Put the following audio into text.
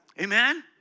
Amen